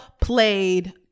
played